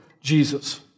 Jesus